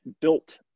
built